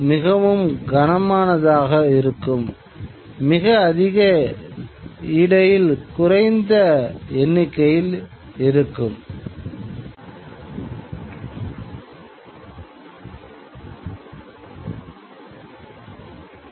1980 களில் நிலப்பரப்பு டிரான்ஸ்மிட்டர்கள் செயற்கைக்கோள் ரிஸிவர் மற்றும் நிலப்பரப்பு ஒளிப்பரப்பு ஆகியவற்றின் எண்ணிக்கையை அதிகரிக்க அரசாங்கம் தீவிரமான நடவடிக்கைகளை எடுத்தபோது இந்த ஒளிபரப்புகள் ஒரு முக்கிய விவகாரமாக மாறியது